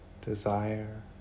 desire